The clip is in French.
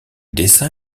dessin